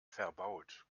verbaut